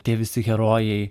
tie visi herojai